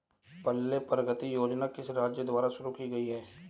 पल्ले प्रगति योजना किस राज्य द्वारा शुरू की गई है?